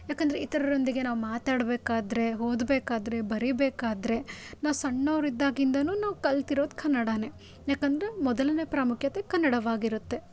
ಯಾಕಂದರೆ ಇತರರೊಂದಿಗೆ ನಾವು ಮಾತಾಡಬೇಕಾದ್ರೆ ಓದ್ಬೇಕಾದ್ರೆ ಬರೀಬೇಕಾದ್ರೆ ನಾವು ಸಣ್ಣವರು ಇದ್ದಾಗಿಂದನೂ ನಾವು ಕಲ್ತಿರೋದು ಕನ್ನಡನೇ ಯಾಕಂದರೆ ಮೊದಲನೇ ಪ್ರಾಮುಖ್ಯತೆ ಕನ್ನಡವಾಗಿರುತ್ತೆ